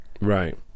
Right